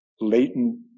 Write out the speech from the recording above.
latent